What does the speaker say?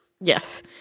Yes